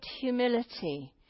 humility